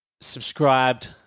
subscribed